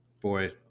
Boy